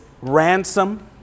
ransom